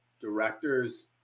directors